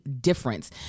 difference